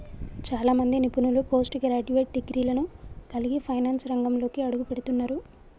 చాలా మంది నిపుణులు పోస్ట్ గ్రాడ్యుయేట్ డిగ్రీలను కలిగి ఫైనాన్స్ రంగంలోకి అడుగుపెడుతున్నరు